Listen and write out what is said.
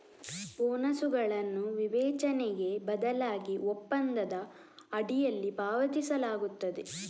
ಬೋನಸುಗಳನ್ನು ವಿವೇಚನೆಗೆ ಬದಲಾಗಿ ಒಪ್ಪಂದದ ಅಡಿಯಲ್ಲಿ ಪಾವತಿಸಲಾಗುತ್ತದೆ